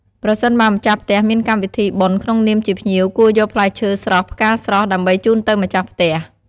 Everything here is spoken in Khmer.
ប្រសិនបើម្ចាស់ផ្ទះមានកម្មវិធីបុណ្យក្នុងនាមជាភ្ញៀវគួរយកផ្លែឈើស្រស់ផ្ការស្រស់ ដើម្បីជូនទៅម្ចាស់ផ្ទះ។